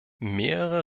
mehrere